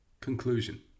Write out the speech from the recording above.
Conclusion